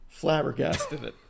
flabbergasted